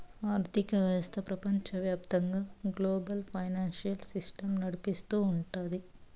ఆర్థిక వ్యవస్థ ప్రపంచవ్యాప్తంగా గ్లోబల్ ఫైనాన్సియల్ సిస్టమ్ నడిపిస్తూ ఉంటది